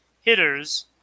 hitters